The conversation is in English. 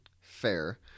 FAIR